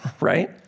right